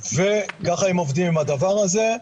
וכך הם עובדים עם הדבר הזה.